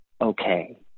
okay